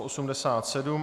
87.